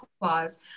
clause